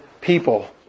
people